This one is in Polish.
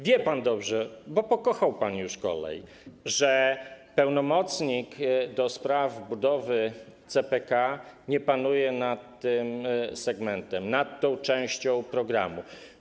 Wie pan dobrze, bo pokochał pan już kolej, że pełnomocnik do spraw budowy CPK nie panuje nad tym segmentem, nad tą częścią programu.